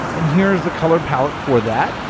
and here's the color palette for that.